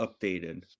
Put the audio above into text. updated